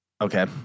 okay